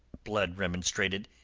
blood remonstrated.